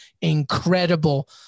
incredible